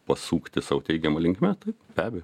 pasukti sau teigiama linkme taip be abejo